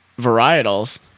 Varietals